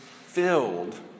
filled